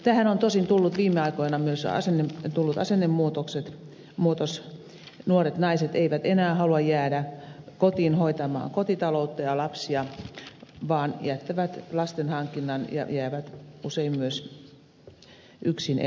tähän on tosin tullut viime aikoina myös asennemuutos nuoret naiset eivät enää halua jäädä kotiin hoitamaan kotitaloutta ja lapsia vaan jättävät lastenhankinnan ja jäävät usein myös yksineläjiksi